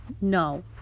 No